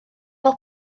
fel